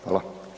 Hvala.